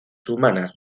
humanas